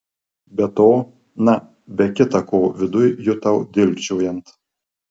be to na be kita ko viduj jutau dilgčiojant